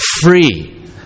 free